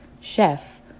Chef